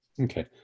Okay